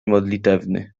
modlitewny